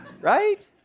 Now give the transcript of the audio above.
Right